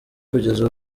kugeza